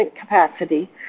capacity